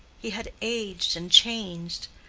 he had aged and changed.